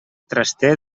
traster